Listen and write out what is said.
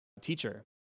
teacher